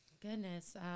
Goodness